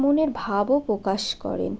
মনের ভাবও প্রকাশ করেন